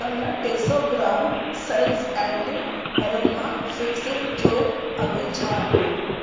कल्ह टे सौ gram salts and aroma fix जो अघु छा हुओ